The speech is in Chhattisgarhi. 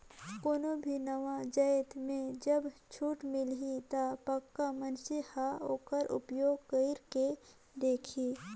कोनो भी नावा जाएत में जब छूट मिलही ता पक्का मइनसे हर ओकर उपयोग कइर के देखही